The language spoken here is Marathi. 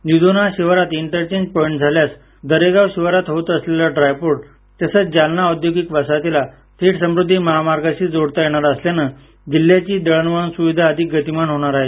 निधोना शिवारात इंटरचेंजपाईंट झाल्यास दरेगाव शिवारात होत असलेलं ड्रायपोर्ट तसच जालना औद्योगिक वसाहतीला थेट समृध्दी महामार्गाशी जोडता येणार असल्यानं जिल्ह्याची दळवळण स्विधा अधिक गतिमान होणार आहे